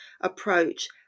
approach